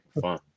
fun